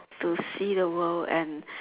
to see the world and